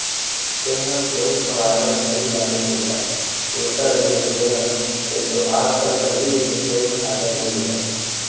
तेंहा पेयूस खवाए बर झन भुलाबे भइया सुरता रखे रहिबे ना एक तो आज कल पहिली जइसे पेयूस क खांय बर नइ मिलय